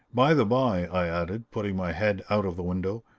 by the by, i added, putting my head out of the window,